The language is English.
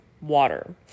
water